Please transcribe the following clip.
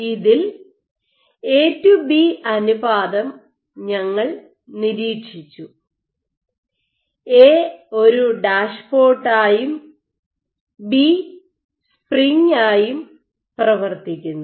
ഇതിൽ A to B അനുപാതം ഞങ്ങൾ നിരീക്ഷിച്ചു എ ഒരു ഡാഷ്പോട്ടായും ബി സ്പ്രിംഗായും പ്രവർത്തിക്കുന്നു